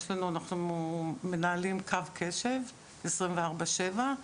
אנחנו מנהלים קו קשב עשרים וארבע שבע.